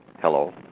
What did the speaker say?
Hello